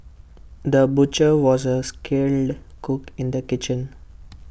the butcher was also A skilled cook in the kitchen